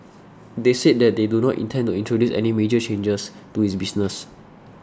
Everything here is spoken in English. they said that they do not intend to introduce any major changes to its business